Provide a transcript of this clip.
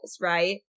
right